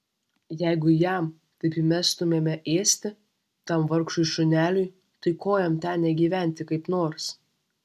jeigu jam taip įmestumėme ėsti tam vargšui šuneliui tai ko jam ten negyventi kaip nors